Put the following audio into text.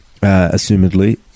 assumedly